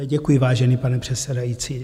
Děkuji, vážený pane předsedající.